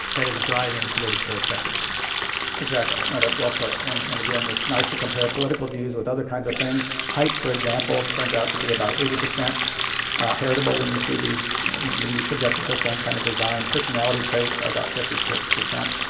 that is driving political preferences exactly. now, that's well put. and and again, it's nice to compare political views with other kinds of things. height, for example, turns out to be about eighty percent heritable when you see these you know when you subject it to the same kind of design. personality traits are about fifty six percent.